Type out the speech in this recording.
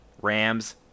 Rams